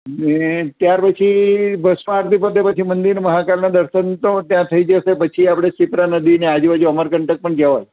ને ત્યાર પછી ભસ્મ આરતી પતે પછી મંદિરમાં મહાકાલના દર્શન તો ત્યાં થઈ જશે પછી આપણે શિપ્રા નદીને આજુબાજુ અમરકંટક પણ જવાય